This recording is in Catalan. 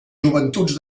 joventuts